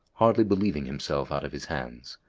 hardly believing himself out of his hands.